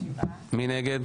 7 נגד,